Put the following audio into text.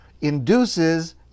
induces